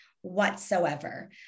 whatsoever